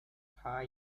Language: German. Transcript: paar